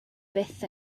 fyth